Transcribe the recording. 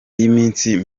y’iminsi